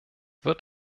wird